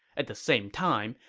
at the same time,